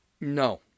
No